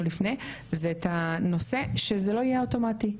לפני זה את הנושא שזה לא יהיה אוטומטי,